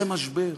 זה משבר.